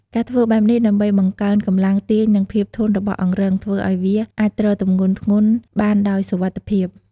ការធ្វើបែបនេះដើម្បីបង្កើនកម្លាំងទាញនិងភាពធន់របស់អង្រឹង ធ្វើឲ្យវាអាចទ្រទម្ងន់ធ្ងន់ បានដោយសុវត្ថិភាព។